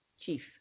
Chief